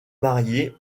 mariée